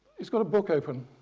he's got a book open,